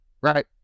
right